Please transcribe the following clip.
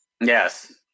Yes